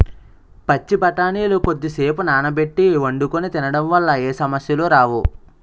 పచ్చి బఠానీలు కొద్దిసేపు నానబెట్టి వండుకొని తినడం వల్ల ఏ సమస్యలు రావు